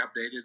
updated